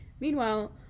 Meanwhile